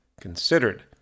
considered